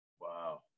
wow